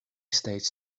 states